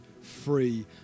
free